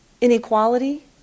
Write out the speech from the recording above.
inequality